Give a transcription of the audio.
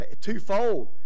twofold